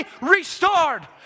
restored